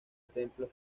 templo